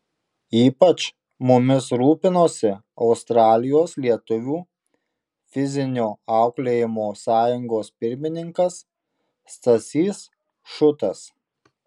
ypač mumis rūpinosi australijos lietuvių fizinio auklėjimo sąjungos pirmininkas stasys šutas